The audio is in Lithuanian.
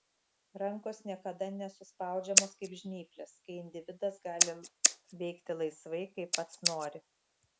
rankos niekada nesuspaudžiamos kaip žnyplės kai individas gali veikti laisvai kaip pats nori